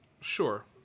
Sure